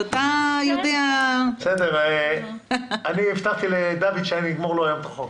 אתה יודע --- אני הבטחתי לדוד שהיום אסיים לו את החוק.